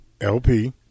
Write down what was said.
LP